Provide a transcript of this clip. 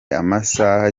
amasaha